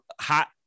hot